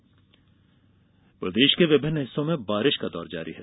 बारिश फसल प्रदेश के विभिन्न हिस्सों में बारिश का दौर जारी है